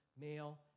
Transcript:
male